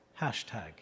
hashtag